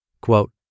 Quote